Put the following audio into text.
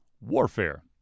Warfare